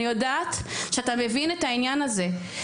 אני יודעת שאתה מבין את העניין הזה.